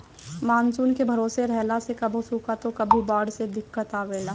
monsoon के भरोसे रहला से कभो सुखा त कभो बाढ़ से दिक्कत आवेला